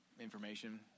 information